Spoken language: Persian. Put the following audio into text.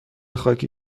خاکی